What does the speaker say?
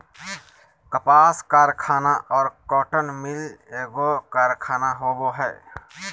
कपास कारखाना और कॉटन मिल एगो कारखाना होबो हइ